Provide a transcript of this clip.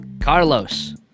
Carlos